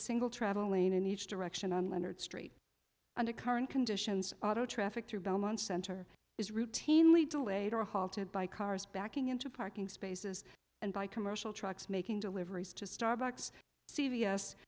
single travel lane in each direction and leonard street under current conditions auto traffic through belmont center is routinely delayed or halted by cars backing into parking spaces and by commercial trucks making deliveries to starbucks c